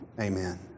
Amen